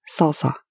salsa